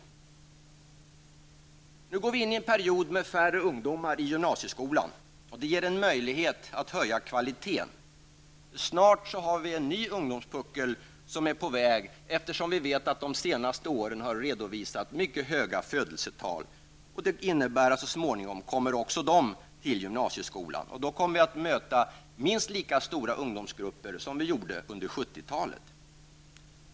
Nu går vi in i en period med färre ungdomar i gymnasieskolan. Detta gör det möjligt att höja kvaliteten. Men snart har vi en ny ungdomspuckel. Under de senaste åren har ju mycket höga födelsetal redovisats. Det innebär att gymnasieskolan så småningom får ta emot dessa ungdomar. Då blir det minst lika stora ungdomsgrupper som det var under 70-talet.